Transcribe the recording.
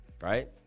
Right